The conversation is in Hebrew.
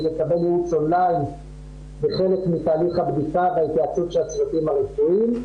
לקבל ייעוץ אולי בחלק מתהליך הבדיקה וההתייעצות של הצוותים הרפואיים,